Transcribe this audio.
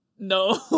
No